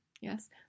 Yes